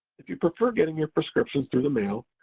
if you prefer getting your prescriptions through the mail,